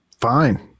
fine